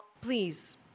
Please